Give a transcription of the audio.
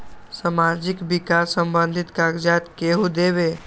समाजीक विकास संबंधित कागज़ात केहु देबे?